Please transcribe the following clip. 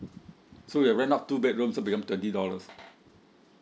so if rent out two bedroom so become twenty dollars